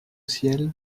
ciel